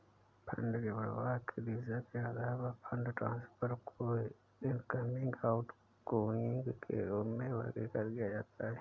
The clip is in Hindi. फंड के प्रवाह की दिशा के आधार पर फंड ट्रांसफर को इनकमिंग, आउटगोइंग के रूप में वर्गीकृत किया जाता है